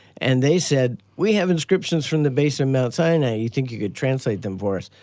and they said, we have inscriptions from the base of mount sinai, you think you could translate them for us?